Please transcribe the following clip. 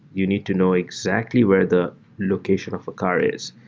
you need to know exactly where the location of a car is.